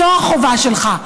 זו החובה שלך.